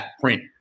print